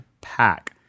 Pack